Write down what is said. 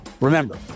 Remember